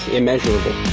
immeasurable